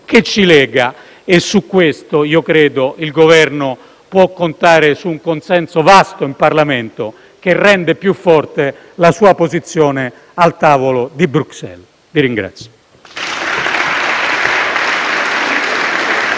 che ci lega. Al riguardo io credo che il Governo possa contare su un consenso vasto in Parlamento, che rende più forte la sua posizione al tavolo di Bruxelles. *(Applausi